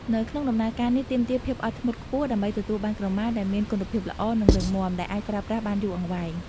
នៅក្នុងដំណើរការនេះទាមទារភាពអត់ធ្មត់ខ្ពស់ដើម្បីទទួលបានក្រមាដែលមានគុណភាពល្អ និងរឹងមាំ ដែលអាចប្រើប្រាស់បានយូរអង្វែង។